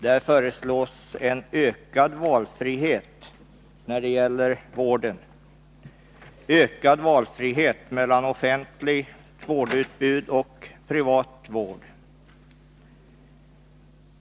Där föreslås en ökad valfrihet mellan offentligt vårdutbud och privat vård.